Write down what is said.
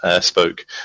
spoke